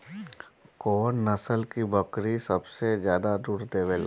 कौन नस्ल की बकरी सबसे ज्यादा दूध देवेले?